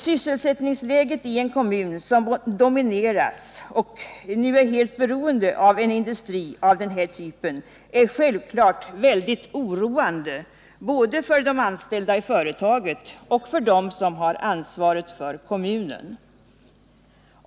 Sysselsättningsläget i en kommun som domineras och nu är helt beroende av en industri av den här typen är självklart väldigt oroande både för de anställda i företaget och för dem som har ansvaret för kommunen.